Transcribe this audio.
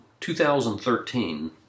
2013